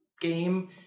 game